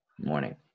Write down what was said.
Morning